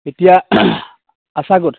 এতিয়া আছা ক'ত